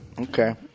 Okay